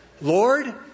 Lord